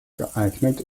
geeignet